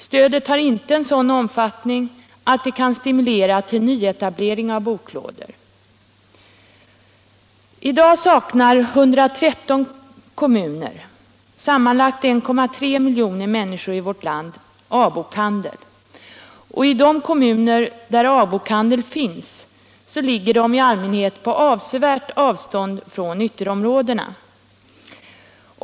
Stödet har inte en sådan omfattning att det kan stimulera till nyetablering av boklådor. I dag saknar 113 kommuner, sammanlagt 1,3 miljoner människor i vårt land, A-bokhandel och i de kommuner där A-bokhandel finns ligger den i allmänhet på avsevärt avstånd från ytterområdena.